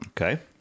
Okay